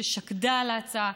ששקדה על ההצעה,